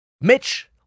Mitch